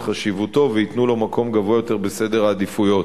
חשיבותו וייתנו לו מקום גבוה יותר בסדר העדיפויות.